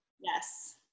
Yes